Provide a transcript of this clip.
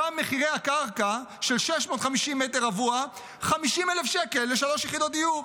שם מחירי הקרקע של 650 מטר רבוע הם 50,000 שקל לשלוש יחידות דיור,